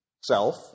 self